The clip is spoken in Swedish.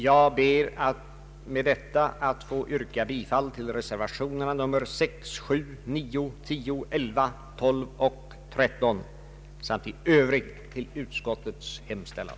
Jag ber att med detta få yrka bifall till reservationerna 6, 7, 9, 10, 11, 12 och 13 samt i övrigt till utskottets hemställan.